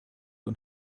und